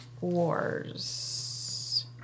Wars